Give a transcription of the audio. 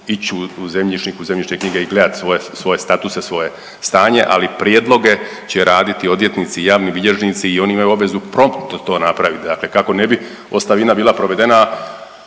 u zemljišne knjige i gledat svoje, svoje statuse, svoje stanje, ali prijedloge će raditi odvjetnici i javni bilježnici i oni imaju obvezu promptno to napravit, dakle kako ne bi ostavina bila provedena,